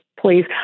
please